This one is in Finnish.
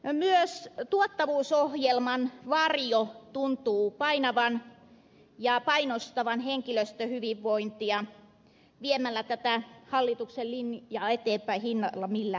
myös tuottavuusohjelman varjo tuntuu painavan ja painostavan henkilöstöhyvinvointia viemällä tätä hallituksen linjaa eteenpäin hinnalla millä hyvänsä